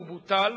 הוא בוטל,